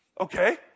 Okay